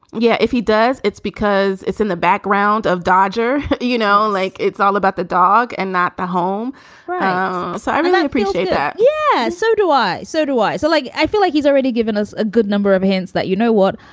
yeah. if he does, it's because it's in the background of dodger, you know, like it's all about the dog and not the home um so, i mean, i appreciate that. yeah, so do i. so do i so, like, i feel like he's already given us a good number of hints that, you know what,